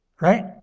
Right